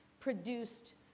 produced